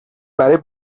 برای